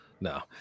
No